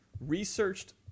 researched